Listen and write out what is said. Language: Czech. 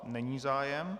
Není zájem.